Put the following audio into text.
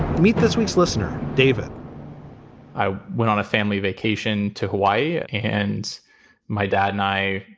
meet this week's listener, david i went on a family vacation to hawaii, and my dad and i,